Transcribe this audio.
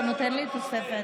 אתה נותן לי תוספת?